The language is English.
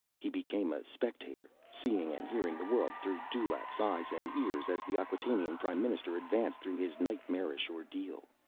he became a spectator, seeing and hearing the world through dulaq's eyes and ears as the acquatainian prime minister advanced through his nightmarish ordeal.